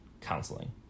counseling